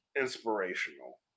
inspirational